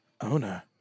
owner